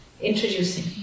Introducing